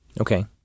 Okay